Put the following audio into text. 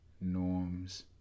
norms